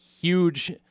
huge